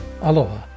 Aloha